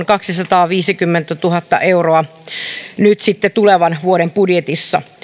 kaksisataaviisikymmentätuhatta euroa nyt tulevan vuoden budjetissa